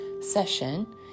session